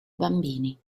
bambini